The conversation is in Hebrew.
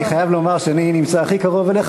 אני חייב לומר שאני נמצא הכי קרוב אליך,